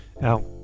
now